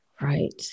Right